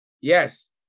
Yes